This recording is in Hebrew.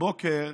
הבוקר